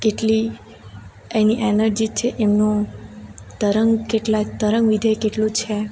કેટલી એની એનર્જી છે એમનું તરંગ કેટલા તરંગ વિધેય કેટલું છે